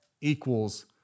equals